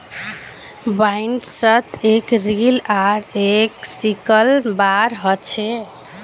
बाइंडर्सत एक रील आर एक सिकल बार ह छे